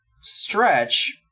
stretch